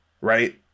right